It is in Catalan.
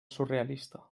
surrealista